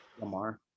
Lamar